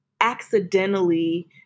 accidentally